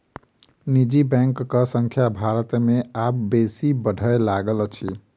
निजी बैंकक संख्या भारत मे आब बेसी बढ़य लागल अछि